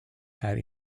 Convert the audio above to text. had